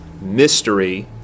mystery